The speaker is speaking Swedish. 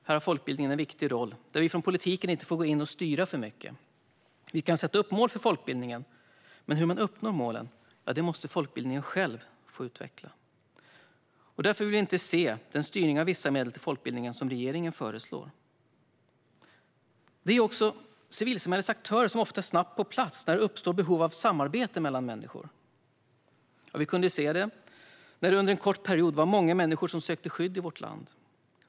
Här har folkbildningen en viktig roll, och vi från politiken får inte gå in och styra den för mycket. Vi kan sätta upp mål för folkbildningen, men hur man uppnår målen måste folkbildningen själv få utveckla. Därför vill vi inte se den styrning av vissa medel till folkbildningen som regeringen föreslår. Det är också civilsamhällets aktörer som ofta är snabbt på plats när det uppstår behov av samarbete mellan människor. Vi kunde se det när det under en kort period var många människor som sökte skydd i vårt land.